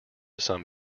some